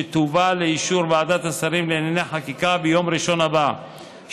שתובא לאישור ועדת השרים לענייני חקיקה ביום ראשון הבא,